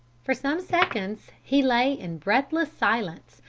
for some seconds he lay in breathless silence,